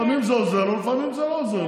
לפעמים זה עוזר לו, לפעמים זה לא עוזר לו.